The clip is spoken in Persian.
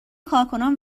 کارکنان